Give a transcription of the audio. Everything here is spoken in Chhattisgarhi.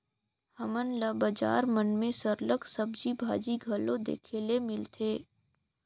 हमन ल बजार मन में सरलग सब्जी भाजी घलो देखे ले मिलथे